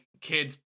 kids